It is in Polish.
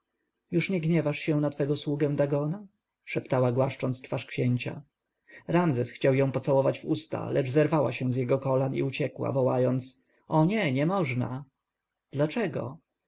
już nie gniewasz się na twego sługę dagona szeptała głaszcząc twarz księcia ramzes chciał ją pocałować w usta lecz zerwała się z jego kolan i uciekła wołając o nie nie można dlaczego